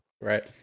Right